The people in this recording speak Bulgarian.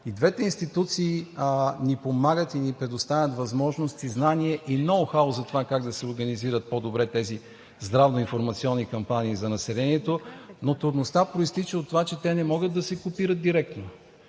Двете институции ни помагат и ни предоставят възможност, знание и ноу-хау за това как да се организират по-добре тези здравно-информационни кампании за населението, но трудността произтича от това, че те не могат да се копират директно.